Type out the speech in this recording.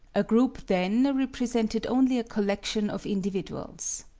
a group then represented only a collection of individuals.